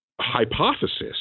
hypothesis